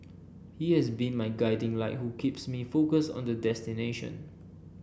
he has been my guiding light who keeps me focused on the destination